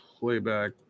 Playback